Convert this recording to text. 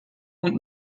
und